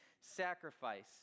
sacrifice